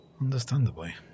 Understandably